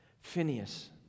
Phineas